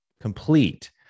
complete